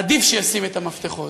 עדיף שישים את המפתחות.